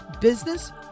business